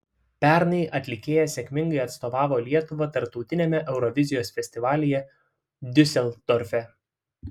pernai atlikėja sėkmingai atstovavo lietuvą tarptautiniame eurovizijos festivalyje diuseldorfe